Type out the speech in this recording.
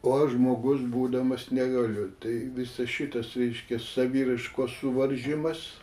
o aš žmogus būdamas negaliu tai visas šitas reiškia saviraiškos suvaržymas